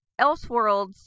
Elseworlds